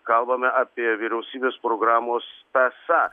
kalbame apie vyriausybės programos tąsa